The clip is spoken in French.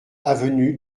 avenue